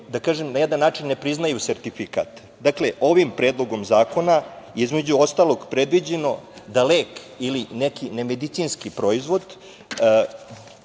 da kažem, na jedan način ne priznaju sertifikat. Ovim predlogom zakona, između ostalog, predviđeno da lek ili neki nemedicinski proizvod